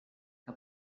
que